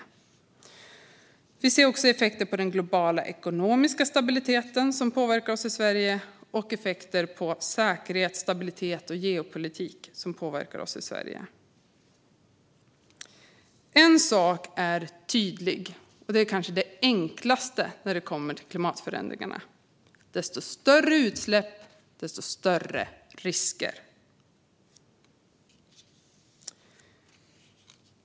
Vi ser också effekter på den globala ekonomiska stabiliteten och på säkerhet, stabilitet och geopolitik som påverkar oss i Sverige. En sak är tydlig, och det är kanske det enklaste när det kommer till klimatförändringarna: Ju större utsläpp, desto större risker.